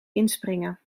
inspringen